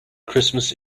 christmas